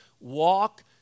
walk